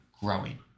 growing